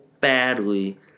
badly